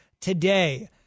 today